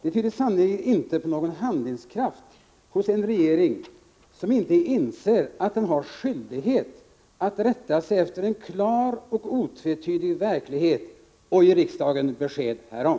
Det tyder sannerligen inte på någon handlingskraft hos en regering som inte inser att den har en skyldighet att rätta sig efter en klar och otvetydig verklighet och ge riksdagen besked härom.